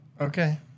Okay